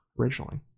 originally